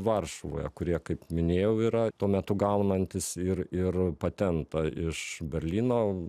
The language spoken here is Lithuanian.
varšuvoje kurie kaip minėjau yra tuo metu gaunantys ir ir patentą iš berlyno